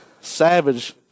Savage